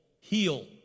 heal